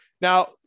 Now